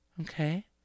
okay